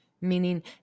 meaning